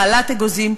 בעלת אגוזים,